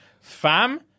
fam